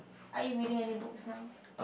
are you reading any books now